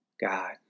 God